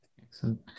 excellent